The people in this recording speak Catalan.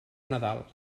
nadal